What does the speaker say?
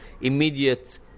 immediate